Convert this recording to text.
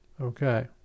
Okay